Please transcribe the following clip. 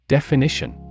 Definition